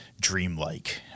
Dreamlike